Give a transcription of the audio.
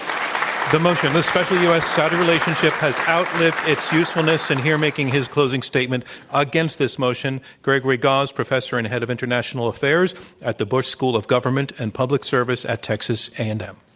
um the motion, the special u. s. saudi relationship has outlived its usefulness. and here making his closing statement against this motion, gregory gause, professor and head of international affairs at the bush school of government and public service at texas a and m.